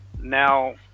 Now